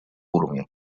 уровня